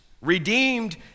Redeemed